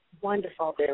Wonderful